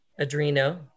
adreno